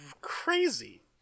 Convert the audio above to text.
crazy